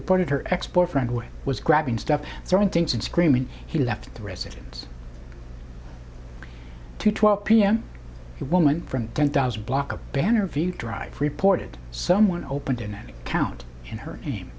reported her ex boyfriend who was grabbing stuff throwing things and screaming he left the residence two twelve pm woman from ten thousand block a banner view drive reported someone opened in any count and her name